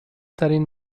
ترین